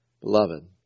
beloved